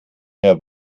mehr